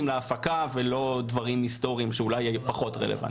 להפקה ולא דברים היסטוריים שאולי פחות רלוונטיים.